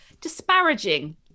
disparaging